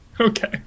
Okay